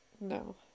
No